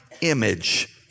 image